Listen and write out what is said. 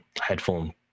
headphone